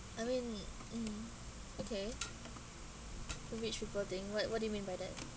I mean mm okay the rich people thing what what do you mean by that